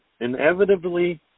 inevitably